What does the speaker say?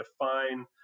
define